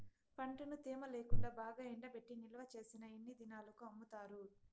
పంటను తేమ లేకుండా బాగా ఎండబెట్టి నిల్వచేసిన ఎన్ని దినాలకు అమ్ముతారు?